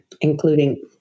Including